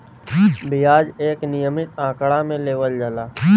बियाज एक नियमित आंकड़ा मे लेवल जाला